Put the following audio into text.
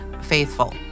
faithful